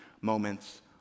moments